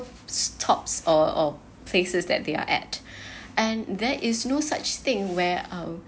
stops or or places that they're at and there is no such thing where um